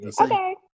Okay